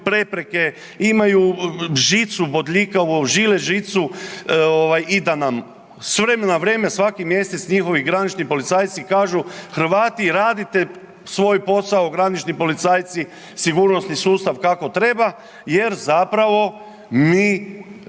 prepreke, imaju žicu bodljikavu žilet žicu i da nam s vremena na vrijeme svaki mjesec njihovi granični policajci kažu Hrvati radite svoj posao, granični policajci, sigurnosni sustav kako treba jer zapravo mi